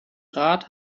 rat